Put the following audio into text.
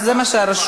איזו ועדה זו?